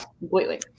completely